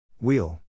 Wheel